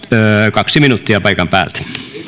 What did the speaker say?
kaksi minuuttia paikan päältä